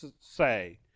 say